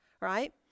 right